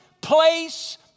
place